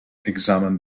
examined